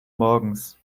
morgens